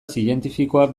zientifikoak